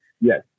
Yes